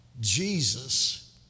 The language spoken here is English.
Jesus